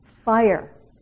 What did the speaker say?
Fire